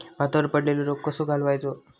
भातावर पडलेलो रोग कसो घालवायचो?